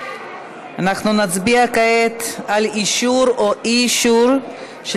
אנחנו נצביע כעת על אישור או אי-אישור של